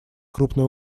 крупной